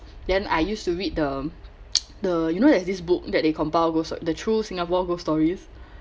then I used to read the the you know there's this book that they compile ghost uh the true singapore ghost stories